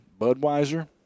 Budweiser